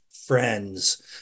friends